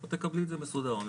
את תקבלי את זה באופן מסודר.